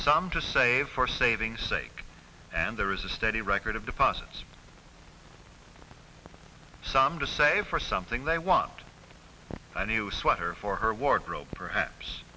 some to save for savings sake and there is a steady record of deposits some to say for something they want a new sweater for her wardrobe perhaps